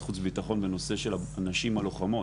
חוץ וביטחון בנושא של הנשים הלוחמות.